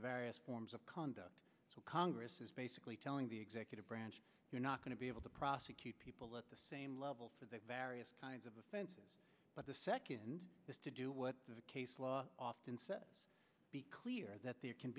the various forms of conduct so congress is basically telling the executive branch you're not going to be able to prosecute people at the same level for the various kinds of offenses but the second is to do what the case law often says be clear that there can